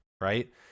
right